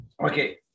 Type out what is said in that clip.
Okay